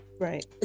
right